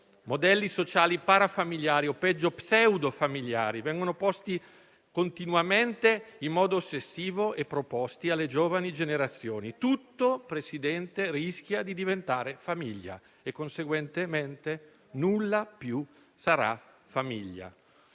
Modelli sociali para-familiari o, peggio, pseudo-familiari vengono proposti continuamente e in modo ossessivo alle giovani generazioni. Signor Presidente, tutto rischia di diventare famiglia e, conseguentemente, nulla più sarà famiglia.